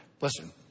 Listen